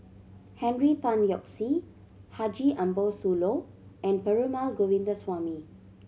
Henry Tan Yoke See Haji Ambo Sooloh and Perumal Govindaswamy